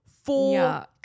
Four